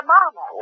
Mama